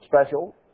special